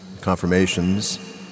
Confirmations